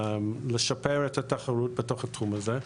לשפר את התחרות בתוך התחום הזה,